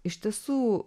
iš tiesų